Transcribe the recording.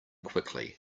quickly